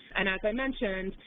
and as i mentioned,